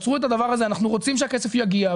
אנחנו רוצים שהכסף יגיע,